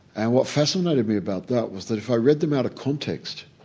and what fascinated me about that was that if i read them out of context,